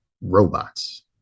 Robots